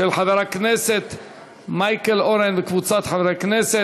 של חבר הכנסת מייקל אורן וקבוצת חברי הכנסת,